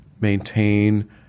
maintain